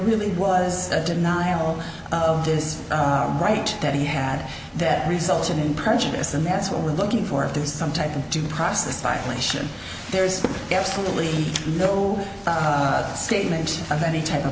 really was a denial of this right that he had that resulted in prejudice and that's what we're looking for if there is some type of due process violation there's absolutely no statement of any type of